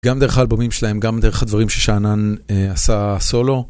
גם דרך האלבומים שלהם, גם דרך הדברים ששענן עשה סולו.